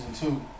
two